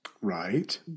Right